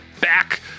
back